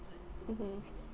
mmhmm